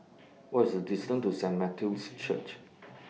What's The distance to Saint Matthew's Church